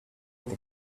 with